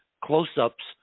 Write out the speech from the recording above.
close-ups